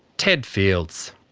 ted fields.